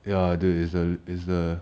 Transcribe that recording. ya 对 is the is the